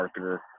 marketer